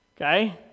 Okay